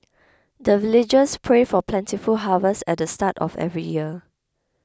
the villagers pray for plentiful harvest at the start of every year